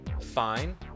fine